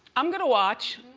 i'm gonna watch,